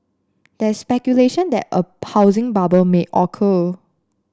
there speculation that a housing bubble may occur